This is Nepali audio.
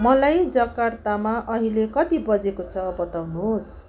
मलाईँ जकार्तामा अहिले कति बजेको छ बताउनुहोस्